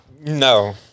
no